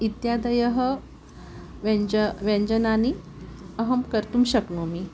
इत्यादीनि व्यञ्जनानि व्यञ्जनानि अहं कर्तुं शक्नोमि